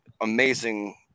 amazing